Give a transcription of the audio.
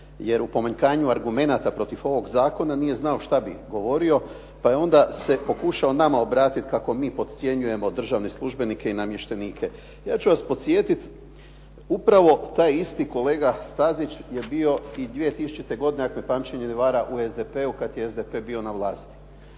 jer u pomanjkanju argumenata protiv ovog zakona nije znao šta bi govorio pa je onda se pokušao nama obratiti kako mi podcjenjujemo državne službenike i namještenike. Ja ću vas podsjetiti, upravo taj isti kolega Stazić je bio i 2000. godine ako me pamćenje ne vara u SDP-u kad je SDP bio na vlasti.